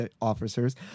officers